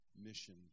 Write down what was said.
mission